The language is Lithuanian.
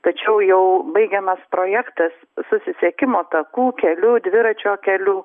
tačiau jau baigiamas projektas susisiekimo takų kelių dviračio kelių